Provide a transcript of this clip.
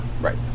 right